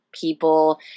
people